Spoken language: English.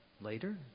later